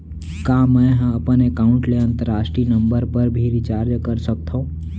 का मै ह अपन एकाउंट ले अंतरराष्ट्रीय नंबर पर भी रिचार्ज कर सकथो